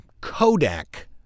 Kodak